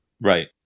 Right